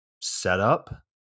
setup